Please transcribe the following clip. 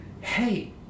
Hey